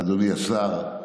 אדוני השר,